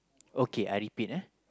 okay I repeat eh